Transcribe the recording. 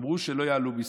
אמרו שלא יעלו מיסים,